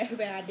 (uh huh)